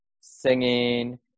singing